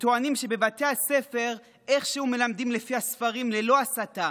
וטוענים שבבתי הספר איכשהו מלמדים לפי הספרים ללא הסתה,